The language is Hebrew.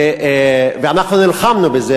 ואנחנו נלחמנו בזה,